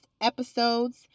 episodes